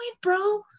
bro